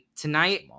tonight